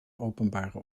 openbare